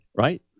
right